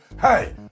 hey